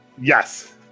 Yes